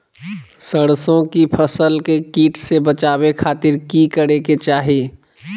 सरसों की फसल के कीट से बचावे खातिर की करे के चाही?